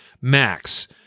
max